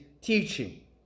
teaching